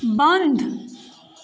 بَنٛد